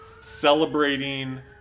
celebrating